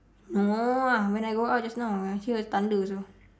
no ah when I go out just now I hear the thunder also